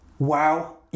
Wow